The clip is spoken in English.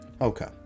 Okay